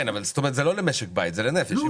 כן, אבל זה לא למשק בית זה לנפש.